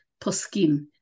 poskim